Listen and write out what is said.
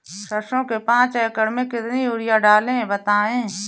सरसो के पाँच एकड़ में कितनी यूरिया डालें बताएं?